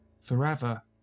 forever